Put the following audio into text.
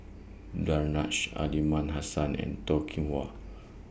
Danaraj Aliman Hassan and Toh Kim Hwa